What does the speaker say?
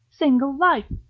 single life,